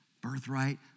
Birthright